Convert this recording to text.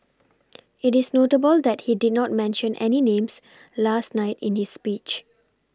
it is notable that he did not mention any names last night in his speech